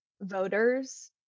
voters